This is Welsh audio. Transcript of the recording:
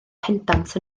pendant